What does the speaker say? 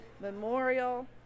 memorial